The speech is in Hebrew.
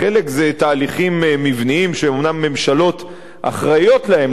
חלק זה תהליכים מבניים שאומנם ממשלות אחראיות להם,